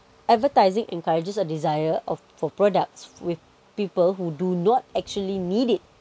advertising encourages a desire of for products with people who do not actually need it